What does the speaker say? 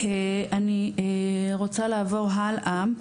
אני רוצה לעבור הלאה.